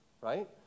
right